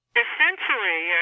essentially